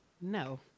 No